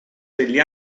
degli